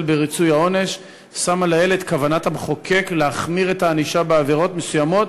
בריצוי העונש שמה לאל את כוונת המחוקק להחמיר את הענישה בעבירות מסוימות,